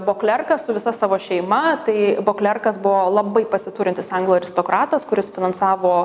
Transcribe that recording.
boklerką su visa savo šeima tai boklerkas buvo labai pasiturintis anglų aristokratas kuris finansavo